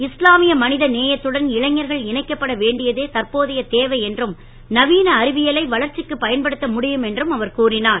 இஸ்லாமிய மனித நேயத்துடன் இளைஞர்கள் இணைக்கப்பட வேண்டியதே தற்போதைய தேவை என்றும் நவீன அறிவியலை வளர்ச்சிக்குப் பயன்படுத்த முடியும் என்றும் அவர் கூறினார்